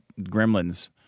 gremlins